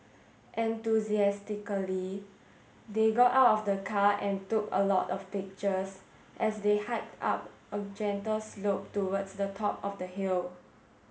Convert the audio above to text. enthusiastically they got out of the car and took a lot of pictures as they hiked up a gentle slope towards the top of the hill